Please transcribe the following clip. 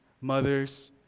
mothers